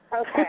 Okay